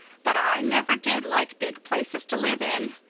but i never did like big places to live in.